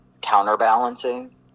counterbalancing